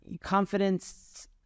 confidence